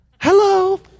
Hello